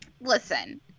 listen